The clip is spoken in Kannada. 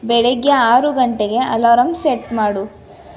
ಬೆಳೆಗ್ಗೆ ಆರು ಗಂಟೆಗೆ ಅಲಾರಾಂ ಸೆಟ್ ಮಾಡು